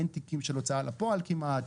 אין תיקים של הוצאה לפועל כמעט,